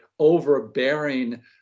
overbearing